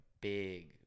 big